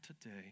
today